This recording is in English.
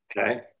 Okay